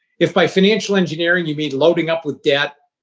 if by financial engineering you mean loading up with debt,